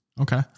Okay